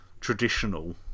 traditional